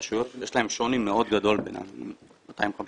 ברשויות יש שוני מאוד גדול בינן לבין עצמן,